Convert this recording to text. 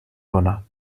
honor